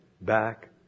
back